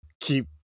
keep